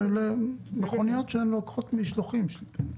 מכוניות שלוקחות משלוחים.